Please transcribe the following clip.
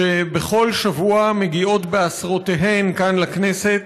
שבכל שבוע מגיעות בעשרותיהן לכאן, לכנסת,